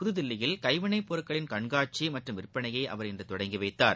புதுதில்லியில் கைவினைப் பொருள்களின் கண்காட்சி மற்றும் விற்பனையை அவர் இன்று தொடங்கி வைத்தார்